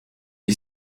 est